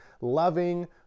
loving